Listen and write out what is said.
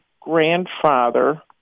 grandfather